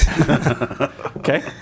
Okay